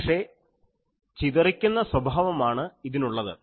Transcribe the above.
പക്ഷേ ചിതറിക്കുന്ന സ്വഭാവമാണ് ഇതിനുള്ളത്